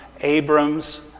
Abram's